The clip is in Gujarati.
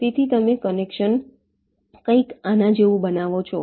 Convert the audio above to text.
તેથી તમે કનેક્શન કંઈક આના જેવું બનાવો છો